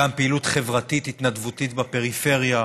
גם פעילות חברתית התנדבותית בפריפריה,